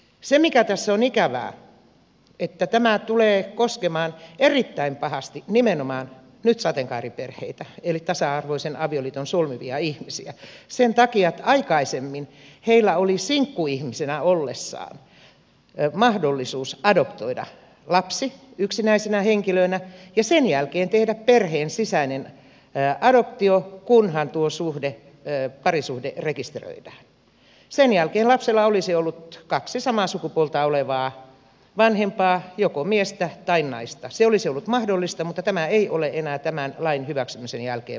se mikä tässä on ikävää on se että tämä tulee koskemaan erittäin pahasti nimenomaan nyt sateenkaariperheitä eli tasa arvoisen avioliiton solmivia ihmisiä sen takia että aikaisemmin heillä oli sinkkuihmisinä ollessaan mahdollisuus adoptoida lapsi yksinäisinä henkilöinä ja sen jälkeen tehdä perheen sisäinen adoptio kunhan tuo parisuhde rekisteröidään sen jälkeen lapsella olisi ollut kaksi samaa sukupuolta olevaa vanhempaa joko miestä tai naista eli se olisi ollut mahdollista mutta tämä ei ole enää tämän lain hyväksymisen jälkeen mahdollista